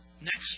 next